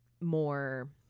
more